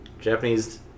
Japanese